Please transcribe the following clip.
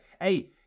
Hey